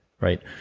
right